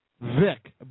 Vic